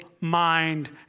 mind